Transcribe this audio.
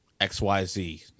xyz